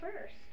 first